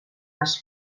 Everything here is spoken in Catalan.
les